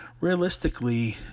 Realistically